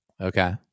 Okay